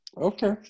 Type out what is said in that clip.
Okay